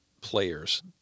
players